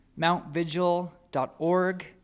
MountVigil.org